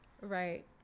Right